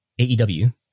AEW